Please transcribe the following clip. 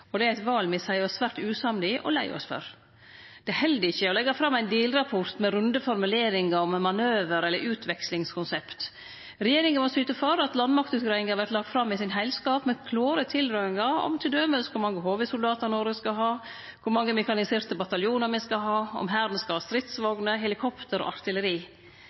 og det er eit val me ser oss svært usamde i, og som me er leie oss for. Det held ikkje å leggje fram ein delrapport med runde formuleringar om ein manøver eller eit utvekslingskonsept. Regjeringa må syte for at landmaktutgreiinga vert lagd fram i sin heilskap med klåre tilrådingar om t.d. kor mange HV-soldatar Noreg skal ha, kor mange mekaniserte bataljonar me skal ha, og om Hæren skal ha stridsvogner, helikopter og